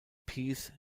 pease